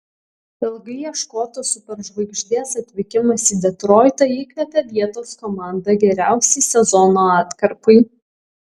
ilgai ieškotos superžvaigždės atvykimas į detroitą įkvėpė vietos komandą geriausiai sezono atkarpai